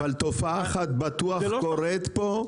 אבל תופעה אחת בטוח קורת פה,